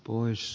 pois